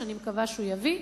שאני מקווה שהוא יביא,